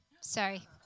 Sorry